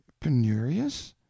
penurious